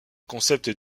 concept